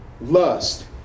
lust